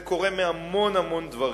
זה קורה מהמון המון דברים.